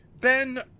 Ben